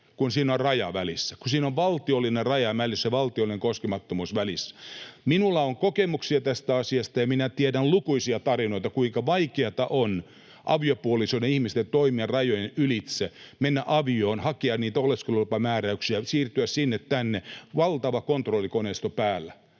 kun siinä on raja välissä, kun siinä on valtiollinen raja välissä, valtiollinen koskemattomuus välissä? Minulla on kokemuksia tästä asiasta ja minä tiedän lukuisia tarinoita, kuinka vaikeata on aviopuolisoiden, ihmisten toimia rajojen ylitse, mennä avioon, hakea niitä oleskelulupamääräyksiä, siirtyä sinne tänne. Valtava kontrollikoneisto päällä